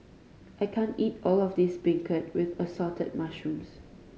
I can't eat all of this beancurd with Assorted Mushrooms